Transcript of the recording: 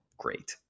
great